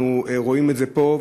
אנחנו רואים את זה פה,